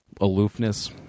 aloofness